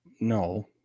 No